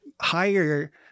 higher